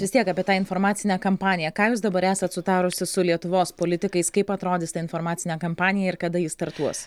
vis tiek apie tą informacinę kampaniją ką jūs dabar esat sutarusi su lietuvos politikais kaip atrodys ta informacinė kampanija ir kada ji startuos